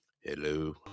Hello